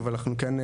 אבל אנחנו כן,